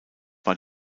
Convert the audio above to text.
war